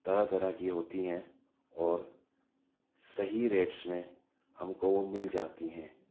طرح طرح کی ہوتی ہیں اور صحیح ریٹس میں ہم کو وہ مل جاتی ہیں